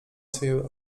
swej